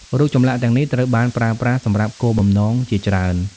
រូបចម្លាក់ទាំងនេះត្រូវបានប្រើប្រាស់សម្រាប់គោលបំណងជាច្រើន។